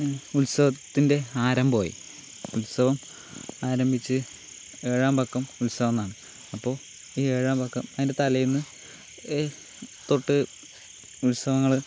ഉത്സവത്തിൻ്റെ ആരംഭം ആയി ഉത്സവം ആരംഭിച്ച് ഏഴാം പക്കം ഉത്സവംന്നാണ് അപ്പൊൾ ഈ ഏഴാം പക്കം അതിൻ്റെ തലേന്ന് തൊട്ട് ഉത്സവങ്ങള്